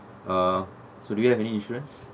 uh so do you have any insurance